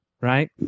right